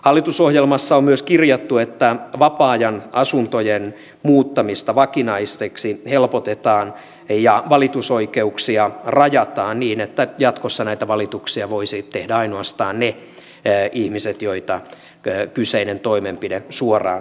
hallitusohjelmassa on myös kirjattu että vapaa ajan asuntojen muuttamista vakinaiseksi helpotetaan ja valitusoikeuksia rajataan niin että jatkossa näitä valituksia voisivat tehdä ainoastaan ne ihmiset joihin kyseinen toimenpide suoraan kohdistuu